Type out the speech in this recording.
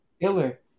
killer